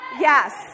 Yes